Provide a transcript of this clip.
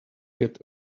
get